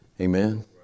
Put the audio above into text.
Amen